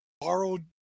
borrowed